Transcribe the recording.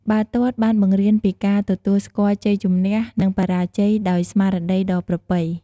បាល់ទាត់បានបង្រៀនពីការទទួលស្គាល់ជ័យជំនះ និងបរាជ័យដោយស្មារតីដ៏ប្រពៃ។